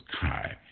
Kai